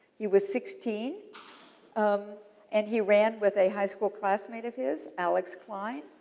he was sixteen um and he ran with a high school classmate of his, alex kline.